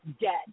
dead